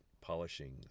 polishing